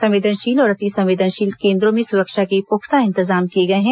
संवेदनशील और अति संवेदनशील केन्द्रों में सुरक्षा के प्रख्ता इंतजाम किए हैं